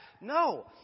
No